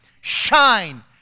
shine